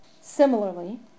Similarly